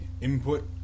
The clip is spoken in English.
input